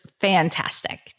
fantastic